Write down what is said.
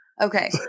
Okay